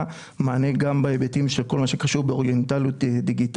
מענה גם בהיבטים של כל מה שקשור באוריינות דיגיטלית,